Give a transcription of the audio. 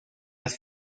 las